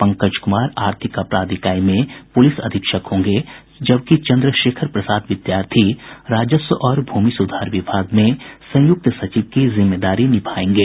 पंकज कुमार आर्थिक अपराध ईकाई में पुलिस अधीक्षक होंगे जबकि चन्द्रशेखर प्रसाद विद्यार्थी राजस्व और भूमि सुधार विभाग में संयुक्त सचिव की जिम्मेदारी निभयेंगे